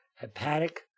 hepatic